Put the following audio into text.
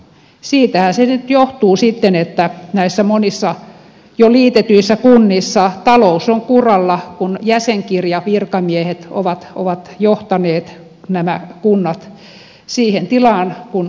siitähän se nyt johtuu sitten että näissä monissa jo liitetyissä kunnissa talous on kuralla kun jäsenkirjavirkamiehet ovat johtaneet nämä kunnat siihen tilaan kuin ovat johtaneet